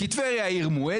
כי טבריה היא עיר מועדת,